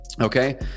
Okay